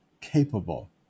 capable